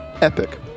Epic